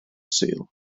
sul